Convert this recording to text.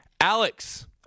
Alex